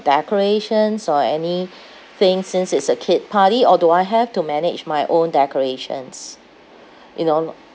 decorations or anything since it's a kid party or do I have to manage my own decorations you know